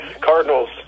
Cardinals